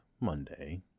Monday